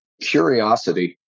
Curiosity